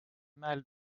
mal